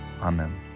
Amen